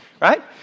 Right